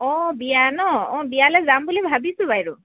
অঁ বিয়া ন অঁ বিয়ালৈ যাম বুলি ভাবিছোঁ বাইদেউ